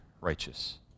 righteous